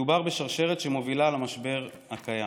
מדובר בשרשרת שמובילה למשבר הקיים.